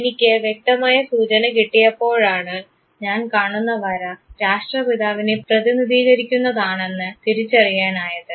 എനിക്ക് വ്യക്തമായ സൂചന കിട്ടിയപ്പോഴാണ് ഞാൻ കാണുന്ന വര രാഷ്ട്രപിതാവിനെ പ്രതിനിധീകരിക്കുന്നതാണെന്ന് തിരിച്ചറിയാനായത്